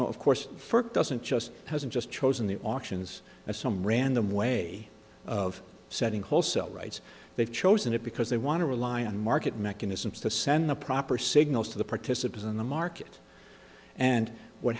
know of course first doesn't just hasn't just chosen the auctions as some random way of see adding wholesale rights they've chosen it because they want to rely on market mechanisms to send the proper signals to the participants in the market and what